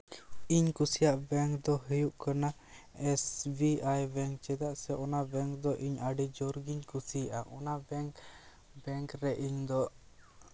ᱤᱧ ᱠᱩᱥᱤᱭᱟᱜ ᱵᱮᱝᱠ ᱫᱚ ᱦᱩᱭᱩᱜ ᱠᱟᱱᱟ ᱮᱥ ᱵᱤ ᱟᱭ ᱵᱮᱝᱠ ᱪᱮᱫᱟᱜ ᱥᱮ ᱚᱱᱟ ᱵᱮᱝᱠ ᱫᱚ ᱤᱧ ᱟᱹᱰᱤ ᱡᱳᱨ ᱜᱤᱧ ᱠᱩᱥᱤᱭᱟᱜᱼᱟ ᱚᱱᱟ ᱵᱮᱝᱠ ᱵᱮᱝᱠ ᱨᱮ ᱤᱧᱫᱚ